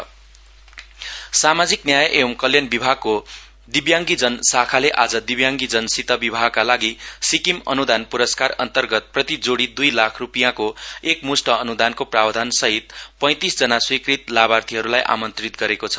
disability wedding सामाजिक न्याय एंव कल्याण विभागको दिव्याङगीजन शाखाले आज दिव्याङगीजनसित विवाहका लागि सिक्किम अनुदान पुरस्कार अन्तर्गत प्रति जोड़ी दुई लाख रुपियाँको एक मुस्ट अनुदान प्रवधानसहित पैतीस जना स्वीकृत लाभाथीहरुलाई आमन्त्रीत गरेको छ